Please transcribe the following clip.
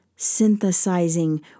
Synthesizing